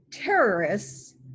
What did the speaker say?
Terrorists